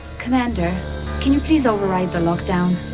commander can you please override the lock-down?